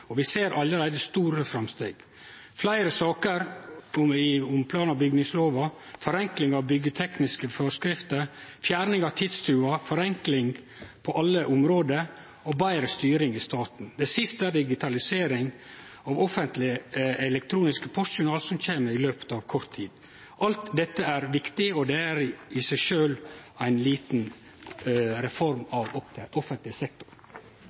Vi ser allereie store framsteg – fleire saker om plan- og bygningslova, forenkling av byggtekniske forskrifter, fjerning av tidstjuvar, forenkling på alle område og betre styring i staten. Det siste er digitalisering av offentleg elektronisk postjournal, som kjem i løpet av kort tid. Alt dette er viktig – og er i seg sjølv ei reform av offentleg sektor.